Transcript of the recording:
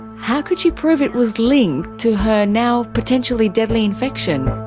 how could she prove it was linked to her now potentially deadly infection?